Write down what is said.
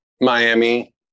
Miami